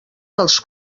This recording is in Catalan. dels